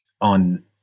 on